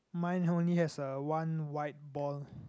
mine only has a one white ball